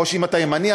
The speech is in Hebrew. אם אתה ימני,